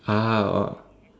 ah oh